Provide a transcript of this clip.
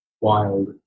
wild